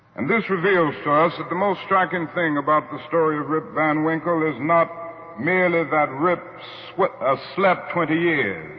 and this reveals to us that the most striking thing about the story of rip van winkle is not merely that rip slept ah slept twenty yeah